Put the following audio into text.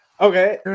Okay